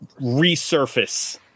resurface